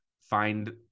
find